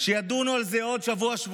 שידונו על זה עוד שבוע-שבועיים.